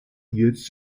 jetzt